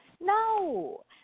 no